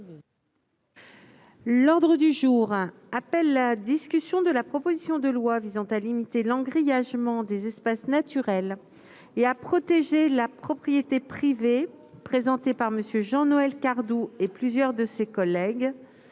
demande du groupe Les Républicains, de la proposition de loi visant à limiter l'engrillagement des espaces naturels et à protéger la propriété privée, présentée par M. Jean-Noël Cardoux et plusieurs de ses collègues